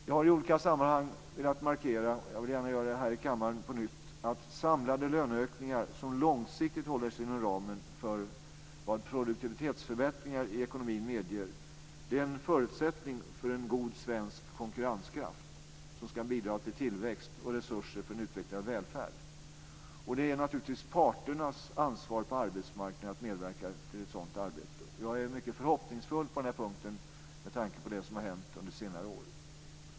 Jag har i olika sammanhang velat markera, och jag vill gärna göra det på nytt här i kammaren, att samlade löneökningar som långsiktigt håller sig inom ramen för vad produktivitetsförbättringar i ekonomin medger är en förutsättning för en god svensk konkurrenskraft, som ska bidra till tillväxt och resurser för en utvecklad välfärd. Det är naturligtvis parternas ansvar på arbetsmarknaden att medverka till ett sådant arbete. Jag är mycket förhoppningsfull på den här punkten med tanke på det som har hänt under senare år.